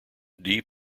dee